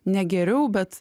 ne geriau bet